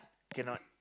cannot